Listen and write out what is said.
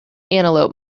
antelope